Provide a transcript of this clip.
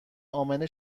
امنه